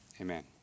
Amen